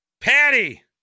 Patty